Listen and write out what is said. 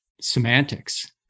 semantics